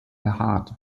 behaart